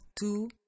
two